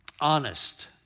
honest